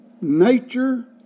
nature